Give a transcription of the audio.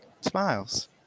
smiles